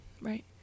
right